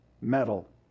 metal